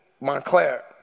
Montclair